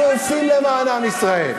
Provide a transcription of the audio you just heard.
אנחנו עושים למען עם ישראל.